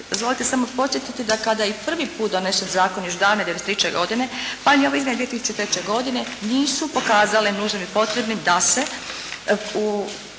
Dozvolite samo podsjetiti da kada je prvi put donesen zakon još davne '93. godine …/Govornica se ne razumije./… 2003. godine nisu pokazale nužnim i potrebnim da se